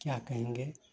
क्या कहेंगे